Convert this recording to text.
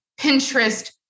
Pinterest